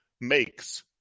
makes